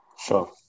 Sure